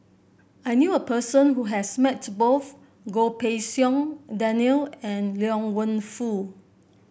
I knew a person who has met both Goh Pei Siong Daniel and Liang Wenfu